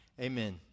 Amen